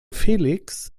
felix